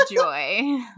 joy